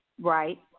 Right